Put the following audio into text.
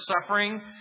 suffering